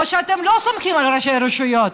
או שאתם לא סומכים על ראשי הרשויות.